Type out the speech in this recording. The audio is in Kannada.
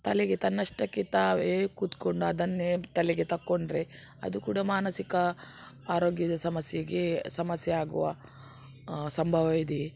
ತಲೆಗೆ ತನ್ನಷ್ಟಕ್ಕೆ ತಾವೇ ಕುತ್ಕೊಂಡು ಅದನ್ನೇ ತಲೆಗೆ ತಗೊಂಡ್ರೆ ಅದು ಕೂಡ ಮಾನಸಿಕ ಆರೋಗ್ಯದ ಸಮಸ್ಯೆಗೆ ಸಮಸ್ಯೆ ಆಗುವ ಸಂಭವ ಇದೆ